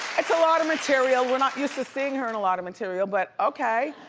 it's a lot of material, we're not used to seeing her in a lot of material, but okay,